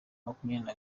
makumyabiri